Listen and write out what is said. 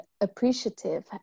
appreciative